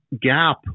gap